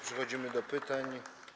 Przechodzimy do pytań.